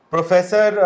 Professor